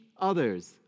others